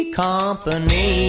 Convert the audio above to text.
company